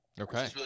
Okay